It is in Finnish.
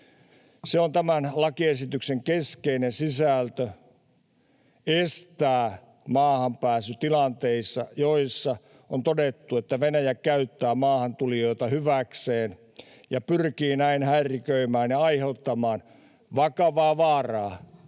Se on tämän lakiesityksen keskeinen sisältö, estää maahanpääsy tilanteissa, joissa on todettu, että Venäjä käyttää maahantulijoita hyväkseen ja pyrkii näin häiriköimään ja aiheuttamaan vakavaa vaaraa